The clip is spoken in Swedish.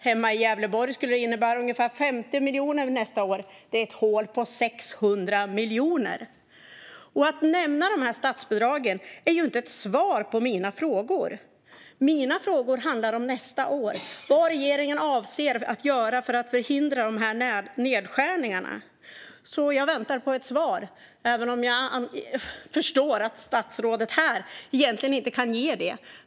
Hemma i Gävleborg skulle det innebära ungefär 50 miljoner nästa år. Det är ett hål på 600 miljoner. När statsrådet nämner de här statsbidragen är det ju inte ett svar på mina frågor. Mina frågor handlar om nästa år och vad regeringen avser att göra för att förhindra de här nedskärningarna. Jag väntar på ett svar, även om jag förstår att statsrådet här egentligen inte kan ge det.